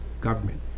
government